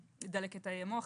דלקת תאי המוח,